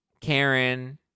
Karen